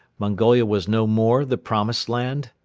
mongolia was no more the promised land?